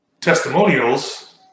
Testimonials